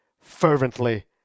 fervently